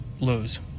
lose